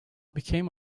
became